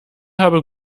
habe